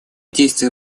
действия